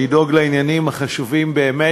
לדאוג לעניינים החשובים באמת,